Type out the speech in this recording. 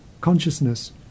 consciousness